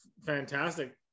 fantastic